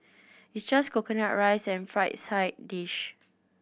it's just coconut rice and fried side dish